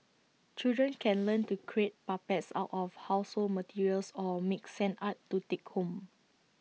children can learn to create puppets out of household materials or make sand art to take home